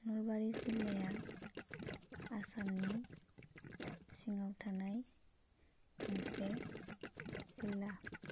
नलबारि जिल्लाया आसामनि सिङाव थानाय गंसे जिल्ला